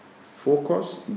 Focus